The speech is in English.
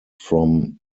from